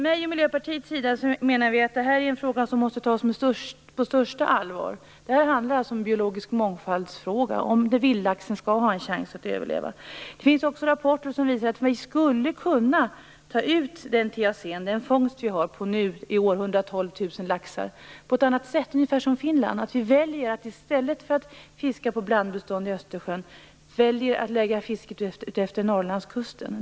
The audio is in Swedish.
Jag och Miljöpartiet menar att den här frågan måste tas på största allvar. Det här handlar om biologisk mångfald, om vildlaxen skall ha en chans att överleva. Det finns också rapporter som visar att vi skulle kunna ta ut TAC, den fångst vi har på i år 112 000 laxar, på ett annat sätt. Vi skulle kunna göra ungefär som Finland. I stället för att fiska på blandbestånd i Östersjön skulle vi kunna välja att lägga fisket utefter Norrlandskusten.